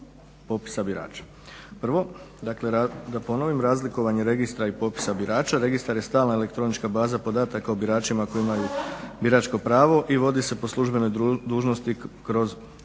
popisa birača. Prvo, dakle da ponovim razlikovanje registra i popisa birača. Registar je stalna elektronička baza podataka o biračima koji imaju biračko pravo i vodi se po službenoj dužnosti kroz